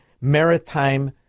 maritime